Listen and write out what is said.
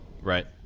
Right